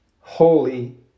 Holy